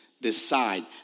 Decide